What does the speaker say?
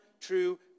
true